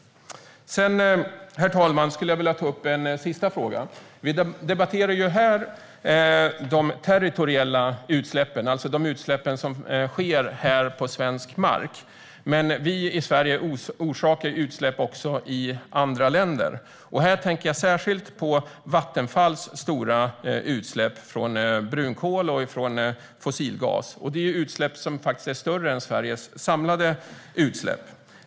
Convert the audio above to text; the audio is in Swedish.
Fru talman! Jag vill ta upp en sista fråga. Vi debatterar här de territoriella utsläppen, alltså de utsläpp som sker på svensk mark. Men vi i Sverige orsakar utsläpp även i andra länder. Jag tänker särskilt på Vattenfalls stora utsläpp från brunkol och från fossilgas. Det är utsläpp som faktiskt är större än Sveriges samlade utsläpp.